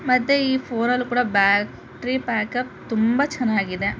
ಮತ್ತೆ ಈ ಫೋನಲ್ಲು ಕೂಡ ಬ್ಯಾಟ್ರಿ ಬ್ಯಾಕಪ್ ತುಂಬ ಚೆನ್ನಾಗಿದೆ